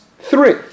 three